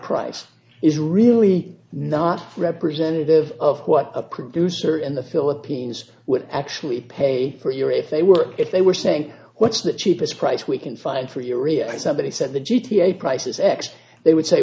price is really not representative of what a producer in the philippines would actually pay for your if they were if they were saying what's the cheapest price we can find for your area and somebody said the g t a price is x they would say